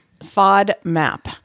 FODMAP